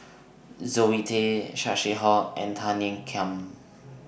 Zoe Tay Saw Swee Hock and Tan Ean Kiam